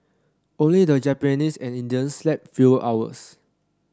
only the Japanese and Indians slept fewer hours